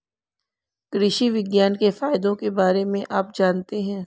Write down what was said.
कृषि विज्ञान के फायदों के बारे में आप जानते हैं?